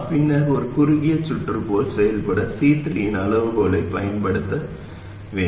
நாம் பின்னர் ஒரு குறுகிய சுற்று போல் செயல்பட C3 இன் அளவுகோலை மதிப்பீடு செய்ய வேண்டும்